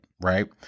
right